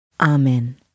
Amen